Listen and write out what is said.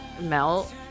melt